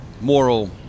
moral